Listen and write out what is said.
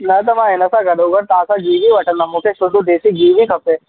न त मां हिन सां गॾो गॾु तव्हां सां गिहु बि वठंदमि मूंखे सुठो देसी गिहु बि खपे